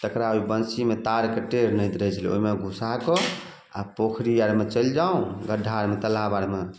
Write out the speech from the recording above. तकरा ओइ बनसीमे तारके टेढ़ नहित रहै छलै ओहिमे घुसा कऽ आ पोखरि आरमे चलि जाउ गड्ढा आरमे तालाब आरमे